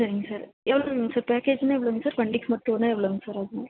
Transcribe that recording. சரிங்க சார் எவ்வளோங்க சார் பேக்கேஜ்னால் எவ்வளோங்க வண்டிக்கு மட்டுன்ன எவ்வளோங்க சார் ஆகும்